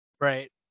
right